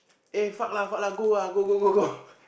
eh fuck lah fuck lah go ah go go go go